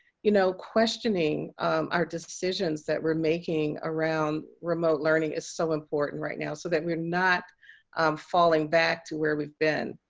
you know, questioning our decisions that we're making around remote learning is so important right now so that we're not falling back to where we've been.